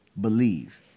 believe